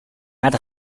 nata